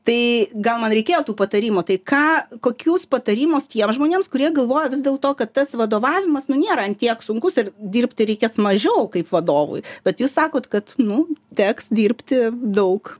tai gal man reikėjo tų patarimų tai ką kokius patarimus tiems žmonėms kurie galvoja vis dėl to kad tas vadovavimas nu nėra an tiek sunkus ir dirbti reikės mažiau kaip vadovui bet jūs sakot kad nu teks dirbti daug